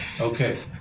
Okay